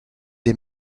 des